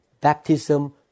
Baptism